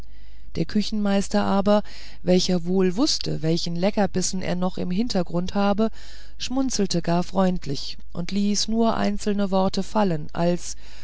der küchenmeister aber welcher wohl wußte welchen leckerbissen er noch im hintergrund habe schmunzelte gar freundlich und ließ nur einzelne worte fallen als